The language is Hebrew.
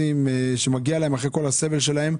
שמגיע להם אחרי כל הסבל שלהם,